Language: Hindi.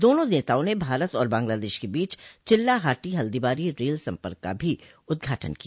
दोनों नेताओं ने भारत और बांग्लादेश के बीच चिल्ला हाटी हल्दीबारी रल संपर्क का भी उद्घाटन किया